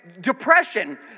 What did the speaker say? depression